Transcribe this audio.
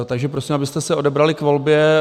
Takže prosím, abyste se odebrali k volbě.